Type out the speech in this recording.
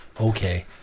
Okay